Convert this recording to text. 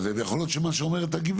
ויכול להיות שהגברת